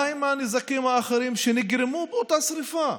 מה עם הנזקים האחרים שנגרמו באותה שרפה,